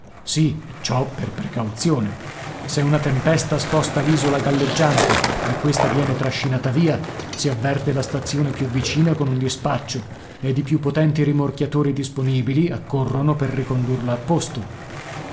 e ciò per precauzione se una tempesta sposta l'isola galleggiante e questa viene trascinata via si avverte la stazione più vicina con un dispaccio ed i più potenti rimorchiatori disponibili accorrono per ricondurla a posto